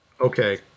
Okay